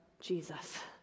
Jesus